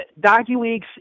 DocuWeeks